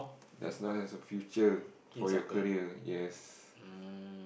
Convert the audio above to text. does not has a future for your career yes